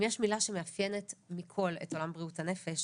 אם יש מילה שמאפיינת מכל את עולם בריאות הנפש,